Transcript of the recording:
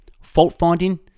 Fault-finding